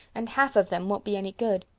and half of them won't be any good.